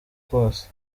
kose